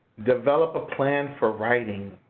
develop a plan for writing.